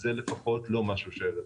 זה לפחות לא משהו רלוונטי.